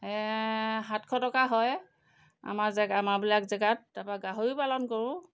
সাতশ টকা হয় আমাৰ জেগা আমাৰবিলাক জেগাত তাৰপৰা গাহৰিও পালন কৰোঁ